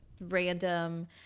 random